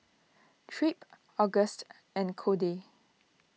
Tripp Auguste and Codey